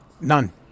None